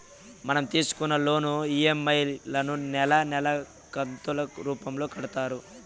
మనం తీసుకున్న loan EMI లను నెలా నెలా కంతులు రూపంలో కడతారు